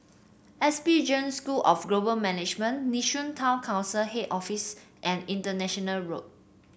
S P Jain School of Global Management Nee Soon Town Council Head Office and International Road